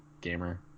gamer